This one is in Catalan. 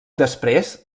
després